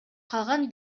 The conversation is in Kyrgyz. калган